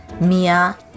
Mia